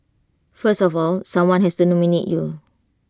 first of all someone has to nominate you